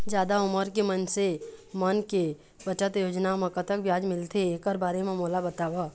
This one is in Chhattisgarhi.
जादा उमर के मइनसे मन के बचत योजना म कतक ब्याज मिलथे एकर बारे म मोला बताव?